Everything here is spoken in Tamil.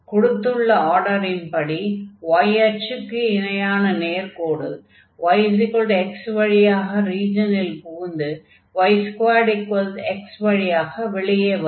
கொடுத்துள்ள ஆர்டரின்படி y அச்சுக்கு இணையான நேர்க்கோடு yx வழியாக ரீஜனில் புகுந்து y2x வழியாக வெளியே வரும்